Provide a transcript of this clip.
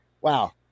wow